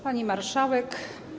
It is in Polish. Pani Marszałek!